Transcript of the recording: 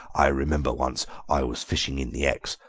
i remember once i was fishing in the exe,